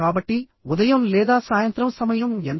కాబట్టిఉదయం లేదా సాయంత్రం సమయం ఎంత